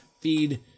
feed